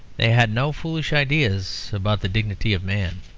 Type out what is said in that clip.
they had no foolish ideas about the dignity of man.